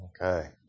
Okay